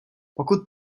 pokud